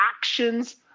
actions